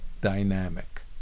dynamic